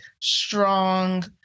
strong